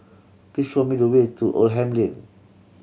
please show me the way to Oldham Lane